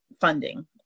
funding